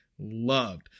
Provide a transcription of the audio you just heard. loved